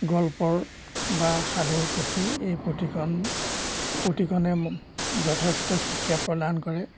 গল্পৰ বা সাধুৰ পুথি এই পুথিখন পুথিখনে মোক যথেষ্ট শিক্ষা প্ৰদান কৰে